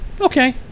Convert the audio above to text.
okay